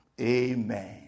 Amen